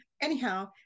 anyhow